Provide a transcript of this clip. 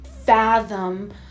fathom